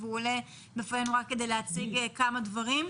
והוא עולה לפנינו רק כדי להציג כמה דברים.